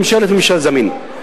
במסגרת ממשל זמין.